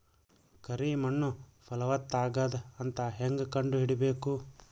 ಕರಿ ಮಣ್ಣು ಫಲವತ್ತಾಗದ ಅಂತ ಹೇಂಗ ಕಂಡುಹಿಡಿಬೇಕು?